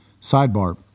Sidebar